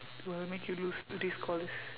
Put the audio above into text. will make you lose these all these